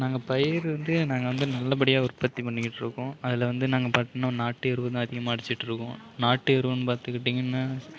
நாங்கள் பயிர் வந்து நாங்கள் வந்து நல்லபடியாக உற்பத்தி பண்ணிக்கிட்டுருக்கோம் அதில் வந்து நாங்கள் பார்த்தோம்னா நாட்டு எருதான் அதிகமாக அடிச்சுட்டுருக்கோம் நாட்டு எருன்னு பார்த்துக்கிட்டீங்கன்னா